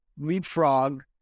leapfrog